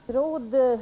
Herr talman! Ett statsråd